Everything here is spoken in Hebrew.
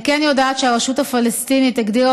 אני כן יודעת שהרשות הפלסטינית הגדירה